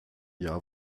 jahr